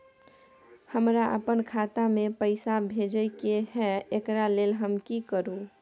हमरा अपन खाता में पैसा भेजय के है, एकरा लेल हम की करू?